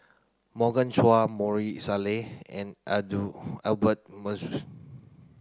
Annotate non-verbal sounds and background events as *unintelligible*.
Morgan Chua Maarof Salleh and *unintelligible* Albert *unintelligible*